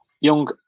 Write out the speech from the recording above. young